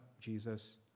Jesus